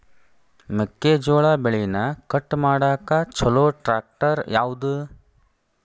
ಮೆಕ್ಕೆ ಜೋಳ ಬೆಳಿನ ಕಟ್ ಮಾಡಾಕ್ ಛಲೋ ಟ್ರ್ಯಾಕ್ಟರ್ ಯಾವ್ದು?